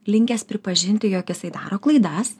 linkęs pripažinti jog jisai daro klaidas